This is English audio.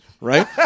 Right